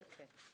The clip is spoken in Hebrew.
אבל כן.